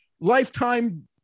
lifetime